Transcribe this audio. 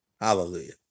Hallelujah